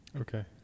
Okay